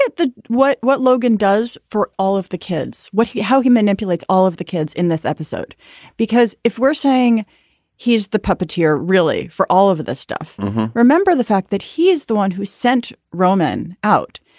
ah what. what logan does for all of the kids. what he how he manipulates all of the kids in this episode because if we're saying he's the puppeteer really for all of this stuff remember the fact that he is the one who sent ronan out.